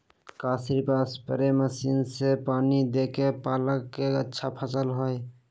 का सिर्फ spray machine से पानी देके पालक के अच्छा फसल होई?